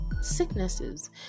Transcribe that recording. Sicknesses